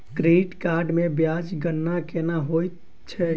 credit card मे ब्याजक गणना केना होइत छैक